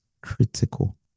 critical